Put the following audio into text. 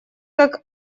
как